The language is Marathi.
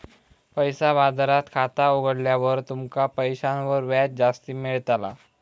पैसा बाजारात खाता उघडल्यार तुमका पैशांवर व्याज जास्ती मेळताला